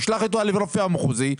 ישלח אותו לרופא המחוזי,